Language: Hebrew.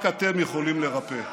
רק אתם יכולים לרפא.